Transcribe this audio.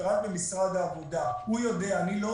הרפרנט במשרד העבודה, הוא יודע, אני לא.